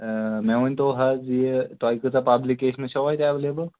مےٚ ؤنۍتو حظ یہِ تۄہہِ کۭژاہ پَبلِکیشنہٕ چھَوٕ اَتہِ ایویلیبٕل